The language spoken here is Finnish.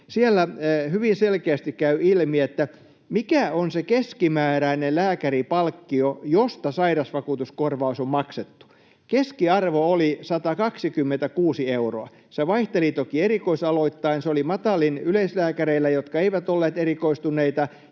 Siellä hyvin selkeästi käy ilmi, mikä on se keskimääräinen lääkäripalkkio, josta sairausvakuutuskorvaus on maksettu. Keskiarvo oli 126 euroa. Se vaihteli toki erikoisaloittain. Se oli matalin yleislääkäreillä, jotka eivät olleet erikoistuneita,